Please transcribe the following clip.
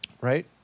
Right